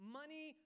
money